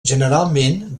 generalment